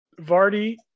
Vardy